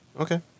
Okay